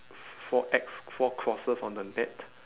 f~ four X four crosses on the net